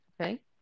Okay